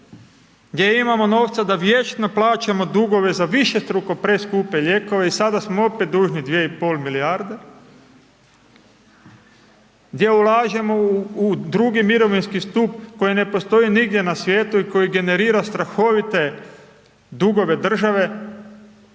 gdje imamo novca da vječno plaćamo dugove za višestruko preskupe lijekove i sada smo opet dužni 2,5 milijarde. Gdje ulažemo u drugi mirovinski stup koji ne postoji nigdje na svijetu i koji generira strahovite dugove države,